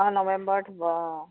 অঁ নৱেম্বৰত হ'ব অঁ